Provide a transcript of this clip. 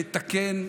נתקן,